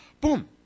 boom